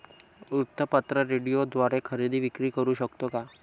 वृत्तपत्र, रेडिओद्वारे खरेदी विक्री करु शकतो का?